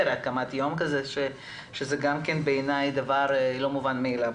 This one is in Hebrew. יום כזה שזה גם בעיני דבר לא מובן מאליו.